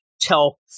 tell